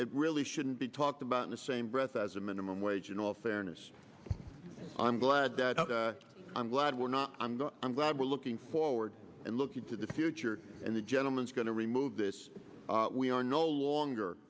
it really shouldn't be talked about in the same breath as a minimum wage in all fairness i'm glad that i'm glad we're not and i'm glad we're looking forward and looking to the future and the gentleman is going to remove this we are no longer